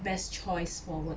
best choice forward